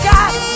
God